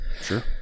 Sure